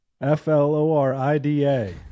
F-L-O-R-I-D-A